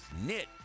knit